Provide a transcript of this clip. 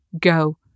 go